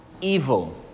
evil